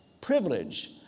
privilege